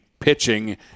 pitching